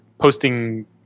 posting